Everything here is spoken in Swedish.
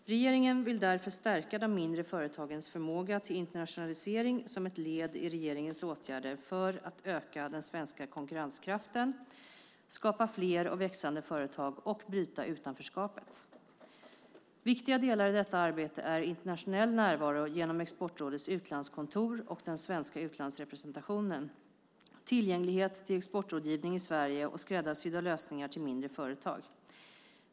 Regeringen vill därför stärka de mindre företagens förmåga till internationalisering som ett led i regeringens åtgärder för att öka den svenska konkurrenskraften, skapa fler och växande företag och bryta utanförskapet. Viktiga delar i detta arbete är internationell närvaro genom Exportrådets utlandskontor och den svenska utlandsrepresentationen, tillgänglighet till exportrådgivning i Sverige och skräddarsydda lösningar till mindre företag.